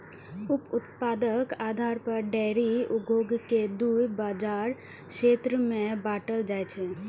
उप उत्पादक आधार पर डेयरी उद्योग कें दू बाजार क्षेत्र मे बांटल जाइ छै